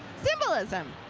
symbolism.